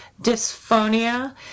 dysphonia